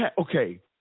okay